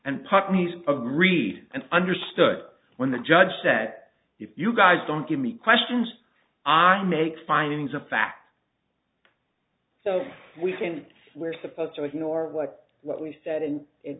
agreed and understood when the judge that if you guys don't give me questions are make findings of fact so we can't we're supposed to ignore what what we said i